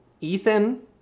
Ethan